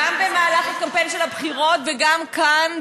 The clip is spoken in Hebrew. גם במהלך הקמפיין של הבחירות וגם כאן,